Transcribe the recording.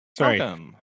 Welcome